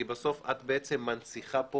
כי את מנציחה פה